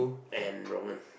and Rong En